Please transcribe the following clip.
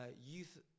youth